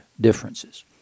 differences